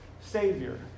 Savior